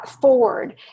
forward